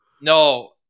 no